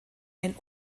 ein